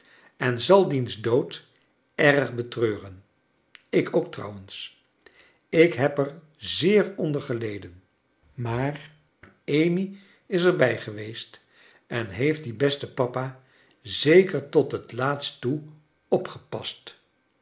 en zal diens dood erg betreuren ik ook trouwens ik heb er zeer onder geleden maar amy is er bij geweest en heeft dien besten papa zeker tot net laatst toe opgepast